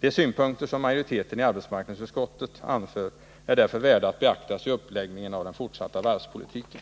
De synpunkter som majoriteten i arbetsmarknadsutskottet anför är därför värda att beaktas i uppläggningen av den fortsatta varvspolitiken.